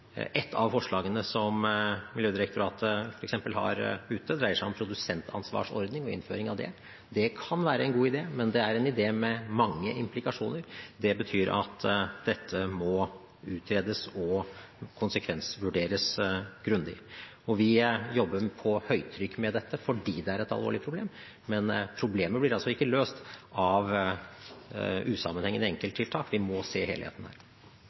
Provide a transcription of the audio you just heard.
Et av forslagene som Miljødirektoratet har ute, f.eks., dreier seg om innføring av en produsentansvarsordning. Det kan være en god idé, men det er en idé med mange implikasjoner. Det betyr at dette må utredes og konsekvensvurderes grundig. Vi jobber under høytrykk med dette fordi det er et alvorlig problem. Men problemet blir altså ikke løst av usammenhengende enkelttiltak, vi må se helheten her.